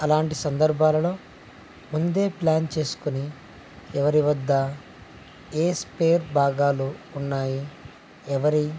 అలాంటి సందర్భాలలో ముందే ప్లాన్ చేసుకొని ఎవరి వద్ద ఏ స్పేర్ భాగాలు ఉన్నాయి ఎవరి